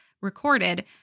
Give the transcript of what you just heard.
recorded